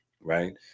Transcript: right